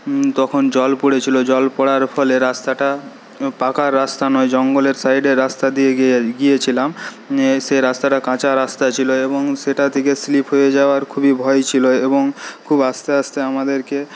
তখন জল পড়েছিল জল পড়ার ফলে রাস্তাটা পাকা রাস্তা নয় জঙ্গলের সাইডের রাস্তা দিয়ে গিয়ে গিয়েছিলাম সে রাস্তাটা কাঁচা রাস্তা ছিল এবং সেটা থেকে স্লিপ হয়ে যাওয়ার খুবই ভয় ছিল এবং খুব আস্তে আস্তে আমাদেরকে